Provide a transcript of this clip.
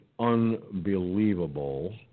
Unbelievable